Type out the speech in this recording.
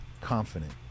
confident